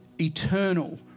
eternal